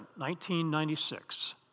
1996